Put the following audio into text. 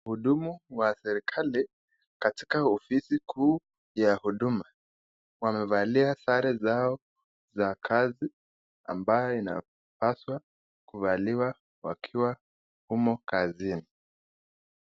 Mhudumu wa serekali katika ofisi kuu ya huduma, wamevalia sare zao za kazi ambayo inapaswa kuvaliwa wakiwa humo kazini.